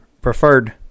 preferred